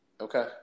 Okay